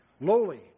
Lowly